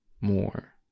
more